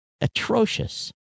atrocious